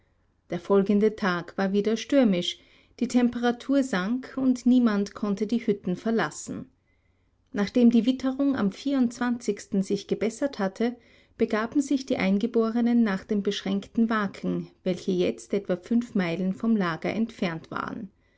der folgende tag war wieder stürmisch die temperatur sank und niemand konnte die hütten verlassen nachdem die witterung am sich gebessert hatte begaben sich die eingeborenen nach den beschränkten waken welche jetzt etwa fünf meilen vom lager entfernt waren